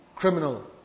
criminal